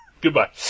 Goodbye